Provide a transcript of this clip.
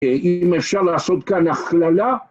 אם אפשר לעשות כאן הכללה